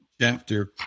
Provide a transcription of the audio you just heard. chapter